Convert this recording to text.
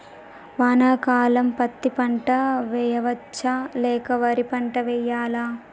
వానాకాలం పత్తి పంట వేయవచ్చ లేక వరి పంట వేయాలా?